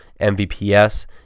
MVPS